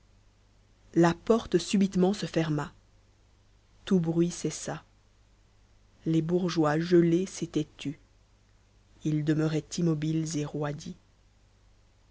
la porte subitement se ferma tout bruit cessa les bourgeois gelés s'étaient tus ils demeuraient immobiles et